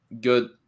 good